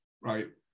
right